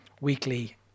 weekly